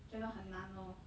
觉得很难 lor